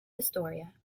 historia